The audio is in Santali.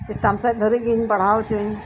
ᱪᱮᱛᱟᱱ ᱥᱮᱡ ᱫᱷᱟᱨᱤᱡ ᱜᱤᱧ ᱯᱟᱲᱦᱟᱣ ᱪᱚᱱ